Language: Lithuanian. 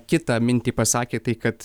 kitą mintį pasakė tai kad